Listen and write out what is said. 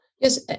Yes